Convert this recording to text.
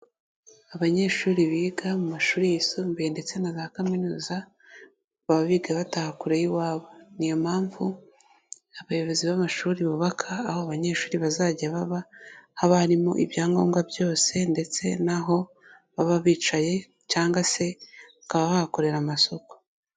Abanyeshuri biga mu mashuri yisumbuye ndetse na za kaminuza, baba biga bataha kure y'iwabo. Ni iyo mpamvu abayobozi b'amashuri bubaka aho abanyeshuri bazajya baba, haba harimo ibyangombwa byose ndetse n'aho baba bicaye cyangwa se bakaba bahakorera amasuku.